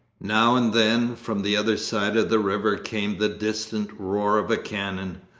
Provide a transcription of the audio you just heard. now and then from the other side of the river came the distant roar of a cannon,